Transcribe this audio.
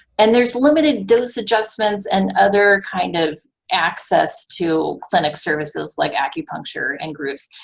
and there's limited dose adjustments and other kind of access to clinic services like acupuncture and groups.